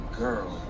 girl